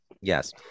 Yes